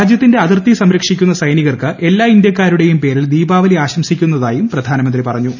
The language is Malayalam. രാജ്യത്തിന്റെ അതിർത്തി സംരക്ഷിക്കുന്ന സൈനികർക്ക് എല്ലാ ഇന്ത്യക്കാരുടെയും പേരിൽ ദീപാവലി ആശംസിക്കുന്നതായും പ്രധാനമന്ത്രി പറഞ്ഞു